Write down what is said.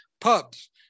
pubs